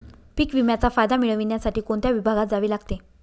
पीक विम्याचा फायदा मिळविण्यासाठी कोणत्या विभागात जावे लागते?